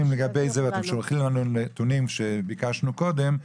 לגבי זה ואתם שולחים לנו נתונים שביקשנו קודם,